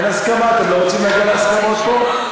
אין הסכמה, אתם לא רוצים להגיע להסכמות פה?